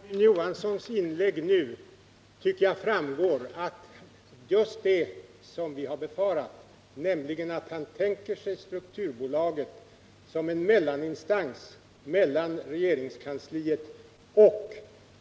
Herr talman! Av Rune Johanssons i Ljungby inlägg nu framgår just det som vi har befarat, nämligen att han tänker sig strukturbolaget som en 151 mellaninstans mellan regeringskansliet och